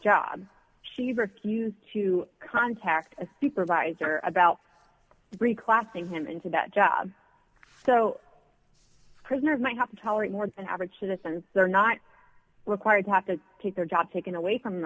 job she refused to contact a supervisor about three classing him into that job so prisoners might have to tolerate more than average citizens they're not required to have to take their job taken away from